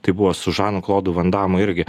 taip buvo su žanu klodu van damu irgi